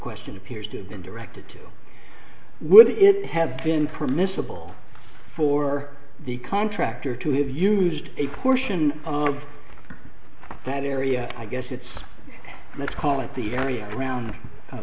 question appears to have been directed to would it have been permissible for the contractor to have used a portion of that area i guess it's let's call it the area around